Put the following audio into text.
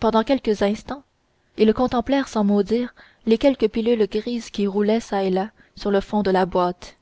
pendant quelques instants ils contemplèrent sans mot dire les quelques pilules grises qui roulaient çà et là sur le fond de la boîte